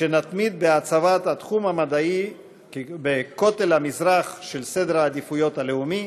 שנתמיד בהצבת התחום המדעי ב"כותל המזרח" של סדר העדיפויות הלאומי,